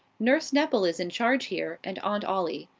nurse nepple is in charge here, and aunt ollie.